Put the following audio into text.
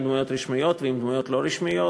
עם דמויות רשמיות ודמויות לא רשמיות,